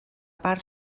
part